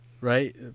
right